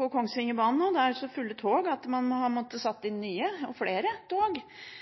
på Kongsvingerbanen – det er så fulle tog at man har måttet sette inn nye og flere tog.